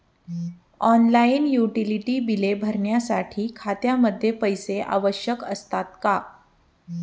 Online utility बिले भरण्यासाठी खात्यामध्ये पैसे आवश्यक असतात का?